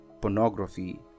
pornography